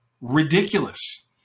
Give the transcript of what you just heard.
ridiculous